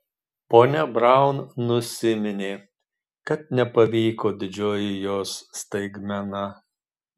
ponia braun nusiminė kad nepavyko didžioji jos staigmena